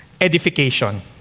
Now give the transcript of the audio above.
edification